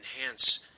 enhance